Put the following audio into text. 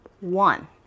one